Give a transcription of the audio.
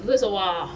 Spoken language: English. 你在说什么